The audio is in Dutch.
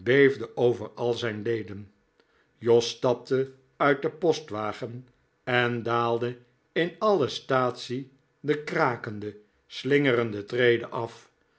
over al zijn leden jos stapte uit den postwagen en daalde in alle statie de krakende slingerende treden af